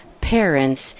parents